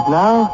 now